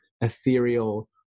ethereal